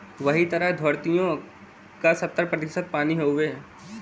वही तरह द्धरतिओ का सत्तर प्रतिशत पानी हउए